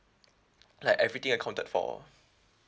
like everything accounted for